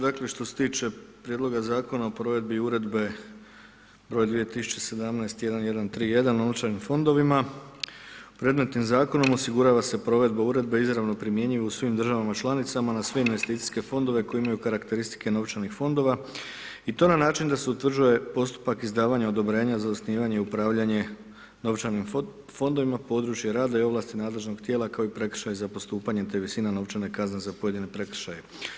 Dakle, što se tiče prijedloga Zakona o provedbi uredbe br. 2017/1131 o novčanim fondovima, predmetnim Zakonom osigurava se provedba Uredba izravno primjenjive u svim državama članicama na sve investicijske fondove koji imaju karakteristike novčanih fondova i to na način da se utvrđuje postupak izdavanja odobrenja za osnivanje i upravljanje novčanim fondovima, područje rada i ovlasti nadležnog tijela, kao i prekršaj za postupanje, te visina novčane kazne za pojedine prekršaje.